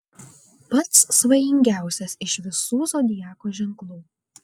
pats svajingiausias iš visų zodiako ženklų